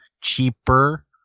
cheaper